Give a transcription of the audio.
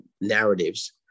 narratives